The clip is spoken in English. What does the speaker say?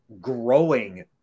growing